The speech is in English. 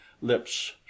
lips